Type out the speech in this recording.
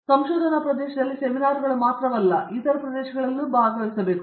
ಅವರ ಸಂಶೋಧನಾ ಪ್ರದೇಶದಲ್ಲಿ ಸೆಮಿನಾರ್ಗಳನ್ನು ಮಾತ್ರವಲ್ಲ ಇತರ ಪ್ರದೇಶಗಳಲ್ಲಿಯೂ ಸಹ ಭಾಗವಹಿಸಬೇಕು